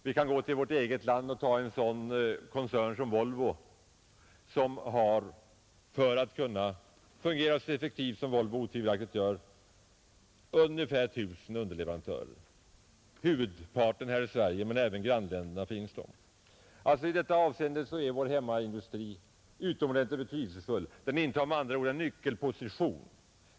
Vi kan gå till vårt eget land och ta en sådan koncern som Volvo, som för att kunna fungera så effektivt som den otvivelaktigt gör, behöver ungefär 1 000 underleverantörer, huvudparten här i Sverige, men de finns även i grannländerna. I detta avseende är alltså vår hemmaindustri utomordentligt betydelsefull; den intar med andra ord en nyckelposition.